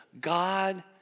God